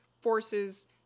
forces